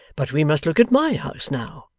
but we must look at my house now.